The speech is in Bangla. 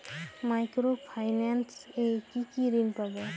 মাইক্রো ফাইন্যান্স এ কি কি ঋণ পাবো?